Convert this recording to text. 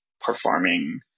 performing